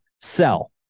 sell